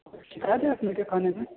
کچھ یاد ہے اپنے کے کھانے میں